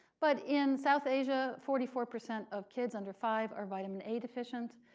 but in south asia, forty four percent of kids under five are vitamin a deficient.